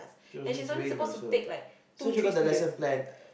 she wasn't trained also so she got the lesson plan